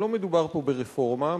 לא מדובר פה ברפורמה,